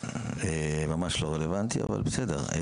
ממש לא רלוונטי, אבל בסדר.